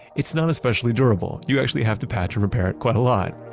it's not especially durable. you actually have to patch and repair it quite a lot.